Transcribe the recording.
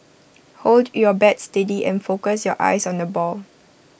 hold your bat steady and focus your eyes on the ball